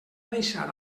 deixar